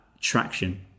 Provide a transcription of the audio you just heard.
traction